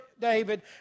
David